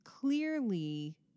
clearly